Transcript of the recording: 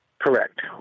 Correct